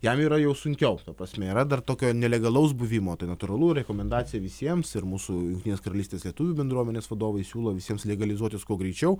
jam yra jau sunkiau ta prasme yra dar tokio nelegalaus buvimo tai natūralu rekomendacija visiems ir mūsų jungtinės karalystės lietuvių bendruomenės vadovai siūlo visiems legalizuotis kuo greičiau